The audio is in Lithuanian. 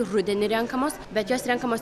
rudenį renkamos bet jos renkamos